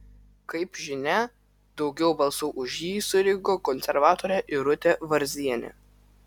kaip žinia daugiau balsų už jį surinko konservatorė irutė varzienė